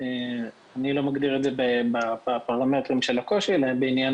אני לא מגדיר את זה בפרמטרים של הקושי אלא בעניין